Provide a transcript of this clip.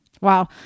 Wow